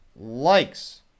likes